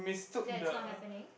that's not happening